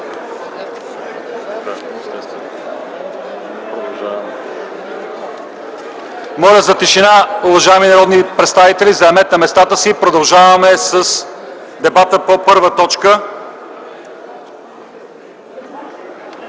Моля за тишина! Уважаеми народни представители, заемете местата си. Продължаваме с дебата по първа точка,